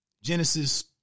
Genesis